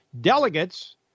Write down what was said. delegates